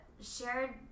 shared